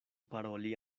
paroli